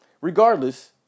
Regardless